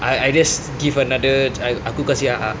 I I just give another macam aku kasi